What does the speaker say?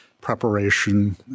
preparation